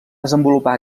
desenvolupar